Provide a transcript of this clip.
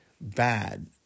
bad